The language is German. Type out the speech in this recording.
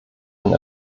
den